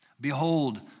Behold